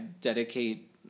dedicate